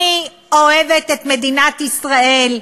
אני אוהבת את מדינת ישראל,